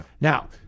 Now